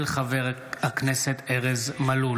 של חבר הכנסת ארז מלול.